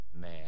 Man